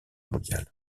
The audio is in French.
mondiale